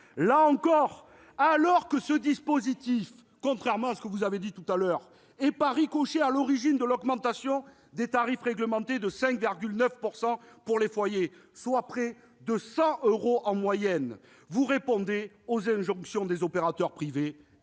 Là encore, alors que, contrairement à ce que vous avez affirmé, ce dispositif est, par ricochet, à l'origine de l'augmentation des tarifs réglementés de 5,9 % pour les foyers, soit près de 100 euros en moyenne, vous répondez aux injonctions des opérateurs privés